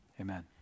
Amen